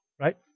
right